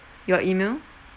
your email